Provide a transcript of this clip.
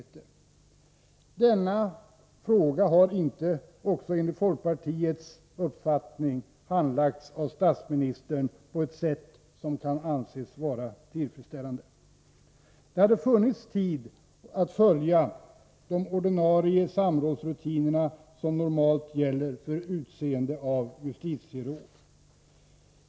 Inte heller denna fråga har enligt folkpartiets uppfattning handlagts av statsministern på ett sätt som kan anses vara tillfredsställande. Det hade funnits tid att följa de ordinarie samrådsrutiner som normalt gäller för utseende av justitieråd.